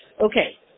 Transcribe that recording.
Okay